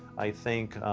i think,